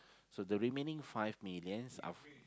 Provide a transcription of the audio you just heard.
so the remaining five millions of